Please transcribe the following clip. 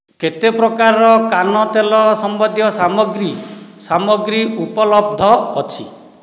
କେତେ ପ୍ରକାରର କାନ ତେଲ ସମ୍ବନ୍ଧୀୟ ସାମଗ୍ରୀ ସାମଗ୍ରୀ ଉପଲବ୍ଧ ଅଛି